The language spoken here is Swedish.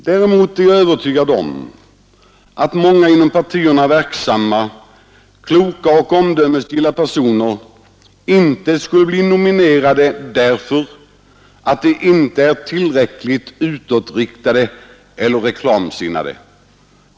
Däremot är jag övertygad om att många inom partierna verksamma, kloka och omdömesgilla personer inte skulle bli nominerade, därför att de inte är tillräckligt utåtriktade eller reklamsinnade.